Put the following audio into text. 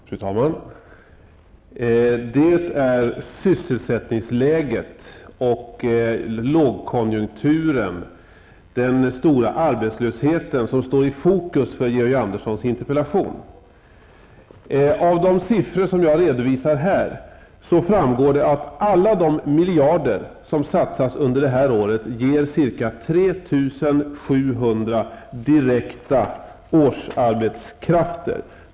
Fru talman! Det är sysselsättningsläget, lågkonjunkturen och den stora arbetslösheten som står i fokus för Georg Anderssons interpellation. Av de siffror som jag redovisar här framgår det att alla de miljarder som satsas under detta år ger ca 3 700 direkta årsarbetskrafter.